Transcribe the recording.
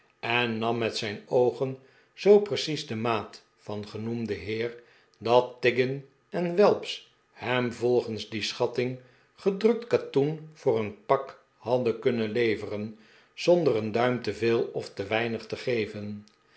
en nam met zijn oogen zoo precies de maat van genoemden heer dat tiggin en welps hem volgens die schatting gedrukt katoen voor een pak hadden kunnen leveren zonder een duim te veel of te weinig te geven